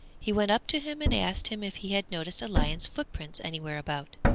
he went up to him and asked him if he had noticed a lion's footprints anywhere about,